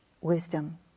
wisdom